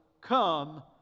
come